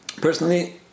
personally